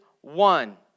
one